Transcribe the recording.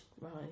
Right